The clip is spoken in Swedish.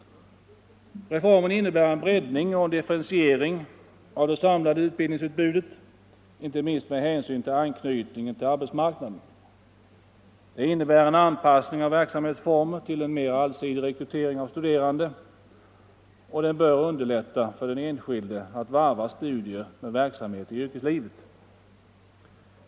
Reformen innebär en breddning och en differentiering av det samlade utbildningsutbudet, inte minst med hänsyn till anknytningen till arbetsmarknaden. Den innebär en anpassning av verksamhetsformer till en mera allsidig rekrytering av studerande, och den bör underlätta för den enskilde att varva studier med verksamhet i yrkeslivet.